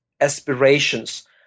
aspirations